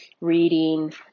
reading